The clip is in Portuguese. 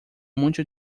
muito